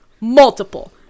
Multiple